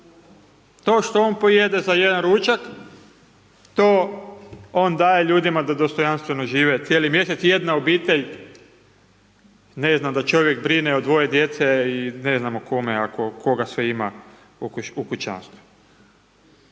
To što on pojede za jedan ručak, to on daje ljudima da dostojanstveno žive cijeli mjesec jedna obitelj ne znam, da čovjek brine od dvoje djece i ne znam o kome ako koga sve ima u kućanstvu.